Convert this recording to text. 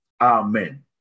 Amen